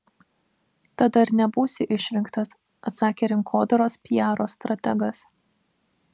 tada ir nebūsi išrinktas atsakė rinkodaros piaro strategas